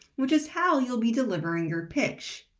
which is how you'll be delivering your pitch.